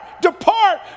depart